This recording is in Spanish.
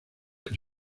que